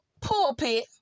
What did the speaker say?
pulpit